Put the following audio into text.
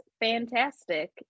fantastic